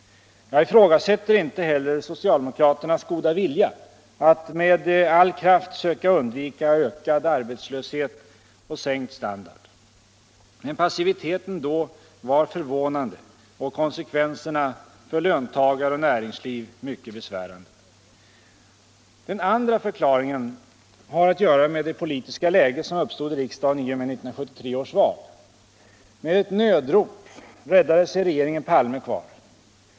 Jag ifrågasätter inte heller socialdemokraternas goda vilja att med all kraft söka undvika ökad arbetslöshet och sänkt standard. Men passiviteten då var förvånande och konsekvenserna för löntagare och näringsliv mycket besvärande. Den andra förklaringen har att göra med det politiska läge som uppstod i riksdagen i och med 1973 års val. Med ett nödrop räddade sig regeringen Palme kvar.